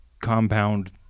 compound